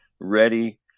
ready